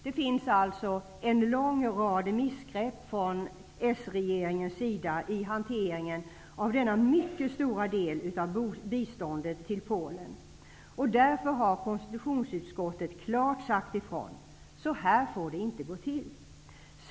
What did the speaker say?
Det finns alltså en lång rad missgrepp från sregeringens sida i hanteringen av denna mycket stora del av biståndet till Polen, och därför har konstitutionsutskottet klart sagt ifrån att det absolut inte får gå till så här.